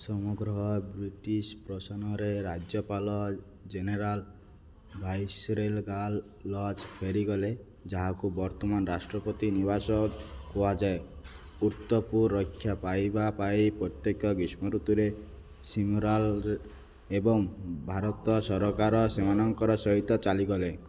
ସମଗ୍ର ବ୍ରିଟିଶ୍ ପ୍ରସନରେ ରାଜ୍ୟପାଲ ଜେନେରାଲ୍ ଭାଇସରେଗାଲ୍ ଲଜ୍ ଫେରିଗଲେ ଯାହାକୁ ବର୍ତ୍ତମାନ ରାଷ୍ଟ୍ରପତି ନିବାସ କୁହାଯାଏ ଉତ୍ତପୁର ରକ୍ଷା ପାଇବା ପାଇଁ ପ୍ରତ୍ୟେକ ଗ୍ରୀଷ୍ମଋତୁରେ ଶିମରାଲରେ ଏବଂ ଭାରତ ସରକାର ସେମାନଙ୍କର ସହିତ ଚାଲିଗଲେ